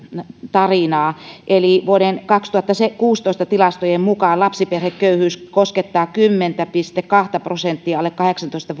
tarinaa eli vuoden kaksituhattakuusitoista tilastojen mukaan lapsiperheköyhyys koskettaa kymmentä pilkku kahta prosenttia alle kahdeksantoista